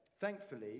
thankfully